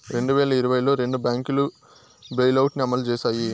రెండు వేల ఇరవైలో రెండు బ్యాంకులు బెయిలౌట్ ని అమలు చేశాయి